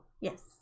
yes